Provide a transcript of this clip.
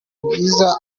bwiza